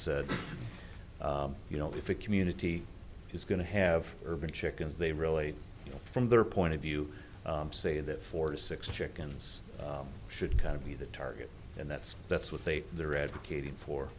said you know if a community is going to have urban chickens they really you know from their point of view say that four to six chickens should kind of be the target and that's that's what they are advocating for